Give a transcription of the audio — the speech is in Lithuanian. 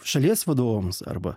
šalies vadovams arba